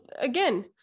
Again